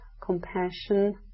compassion